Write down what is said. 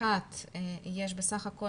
אחד בסך הכול